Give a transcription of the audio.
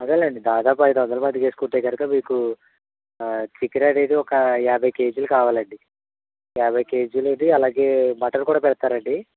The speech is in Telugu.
అదే అండి దాదాపు ఐదు వందలు మందికి వేసుకుంటే కనుక మీకు చికెన్ అనేది ఒక యాభై కేజీలు కావాలండి యాభై కేజీలు అయితే అలాగే మటన్ కూడా పెడతారాండి